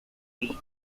feet